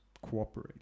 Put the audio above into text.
cooperate